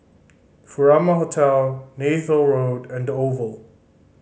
Furama Hotel Neythal Road and The Oval